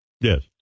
Yes